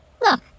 Look